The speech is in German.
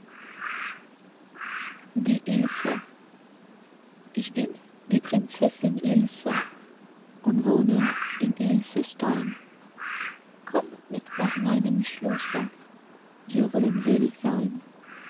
die ilse ich bin die prinzessin ilse und wohne im ilsenstein komm mit nach meinem schlosse wir wollen selig sein